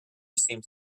seems